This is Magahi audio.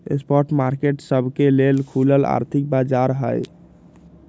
स्पॉट मार्केट सबके लेल खुलल आर्थिक बाजार हइ